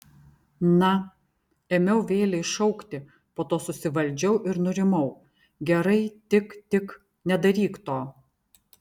na ėmiau vėlei šaukti po to susivaldžiau ir nurimau gerai tik tik nedaryk to